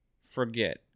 forget